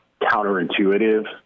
counterintuitive